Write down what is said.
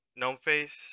Gnomeface